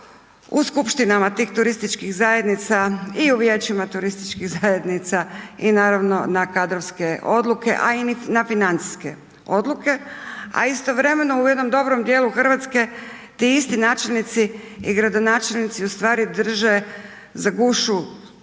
u skupštinama tih turističkih zajednica i u vijećima turističkih zajednica i naravno na kadrovske odluke, a i na financijske odluke, a istovremeno u jednom dobrom dijelu RH ti isti načelnici i gradonačelnici u stvari drže za gušu